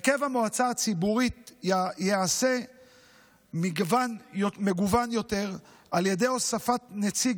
הרכב המועצה הציבורית ייעשה מגוון יותר על ידי הוספת נציג